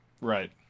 right